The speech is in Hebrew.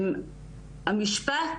המשפט